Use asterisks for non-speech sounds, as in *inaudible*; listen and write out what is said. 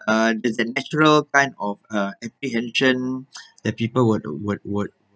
uh it's a natural kind of uh apprehension *breath* that people would would would